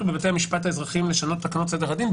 בבתי המשפט האזרחיים לשנות את תקנות סדר הדין,